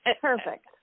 Perfect